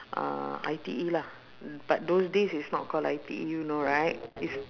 uh I_T_E lah but those days it's not called I_T_E you know right it's